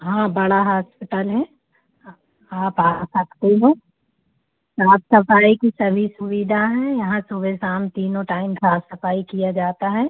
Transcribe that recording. हाँ बड़ा हॉस्पिटल है आप आ सकती हो साफ़ सफ़ाई की सभी सुविधा है यहाँ सुबह शाम तीनों टाइम साफ़ सफ़ाई की जाती है